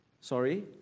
Sorry